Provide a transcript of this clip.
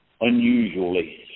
unusually